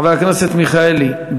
חבר הכנסת מיכאלי,